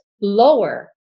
lower